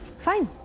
fine.